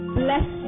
bless